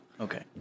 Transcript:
Okay